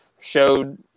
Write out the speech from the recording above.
showed